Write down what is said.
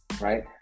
right